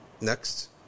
Next